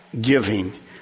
giving